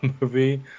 movie